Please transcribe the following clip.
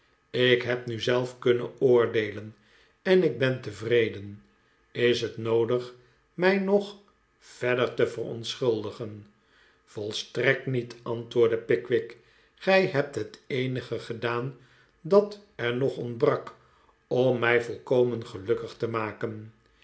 ik heb nu zelf kunnen oordeelen en ik ben tevreden is net noodig mij nog verier te verontschuldigen volstrekt niet antwoordde pickwick gij hebt het eenige gedaan dat er nog ontbrak om mij volkomen gelukkig te maken